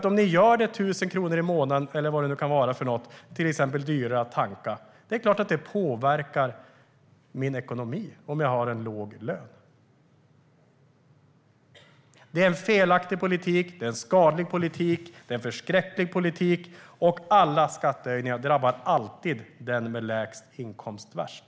Om ni gör det omkring 1 000 kronor dyrare i månaden att tanka är det klart att det påverkar min ekonomi om jag har låg lön. Det är en felaktig, skadlig och förskräcklig politik, och alla skattehöjningar drabbar alltid den med lägst inkomst värst.